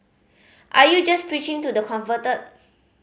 are you just preaching to the converted